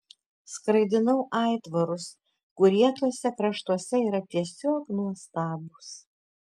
skraidinau aitvarus kurie tuose kraštuose yra tiesiog nuostabūs